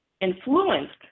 influenced